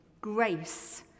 Grace